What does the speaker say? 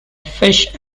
fish